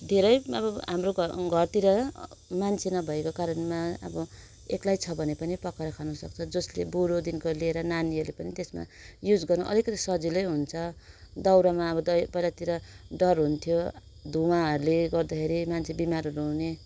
धेरै अब हाम्रो घरतिर मान्छे नभएको कारणमा अब एक्लै छ भने पनि पकाएर खानुसक्छ जसले बुढोदेखि लिएर नानीहरू पनि त्यसमा युज गर्नु अलिकति सजिलै हुन्छ दाउरामा अब पहिलातिर डर हुन्थ्यो धुवाँहरूले गर्दाखेरि मान्छेहरू बिमारहरू हुने